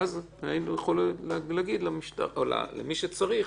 ואז היינו יכולים להגיד למי שצריך,